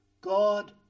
God